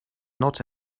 not